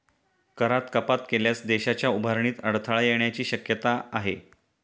करात कपात केल्यास देशाच्या उभारणीत अडथळा येण्याची शक्यता आहे